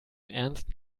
ernsten